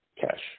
Cash